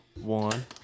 one